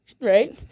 Right